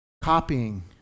copying